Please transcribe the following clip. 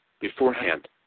beforehand